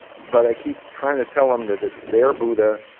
but i keep trying to tell them that it's their buddha,